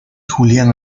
julian